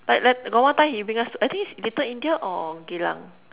but like got one time he bring us I think it's Little-India or Geylang